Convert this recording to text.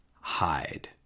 hide